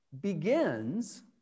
begins